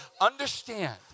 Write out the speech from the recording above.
Understand